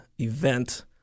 event